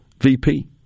VP